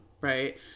Right